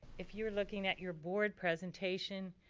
if you're looking at your board presentation,